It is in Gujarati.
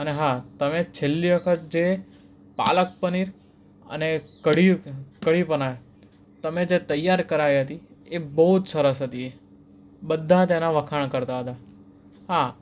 અને હા તમે છેલ્લી વખત જે પાલક પનીર અને કઢી કઢી પના તમે જે તૈયાર કરાવી હતી એ બહુ જ સરસ હતી એ બધા તેના વખાણ કરતા હતા હા